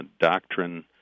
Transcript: Doctrine